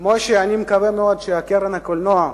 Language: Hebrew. כמו שאני מקווה מאוד שקרן הקולנוע,